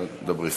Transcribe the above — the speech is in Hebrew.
אנא, דברי.